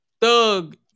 Thug